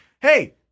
hey